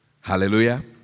Hallelujah